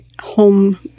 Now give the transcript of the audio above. home